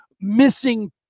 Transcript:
missing